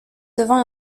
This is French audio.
devant